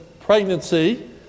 pregnancy